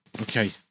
Okay